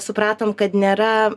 supratom kad nėra